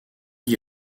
vit